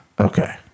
Okay